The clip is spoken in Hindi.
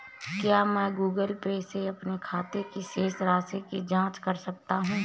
क्या मैं गूगल पे से अपने खाते की शेष राशि की जाँच कर सकता हूँ?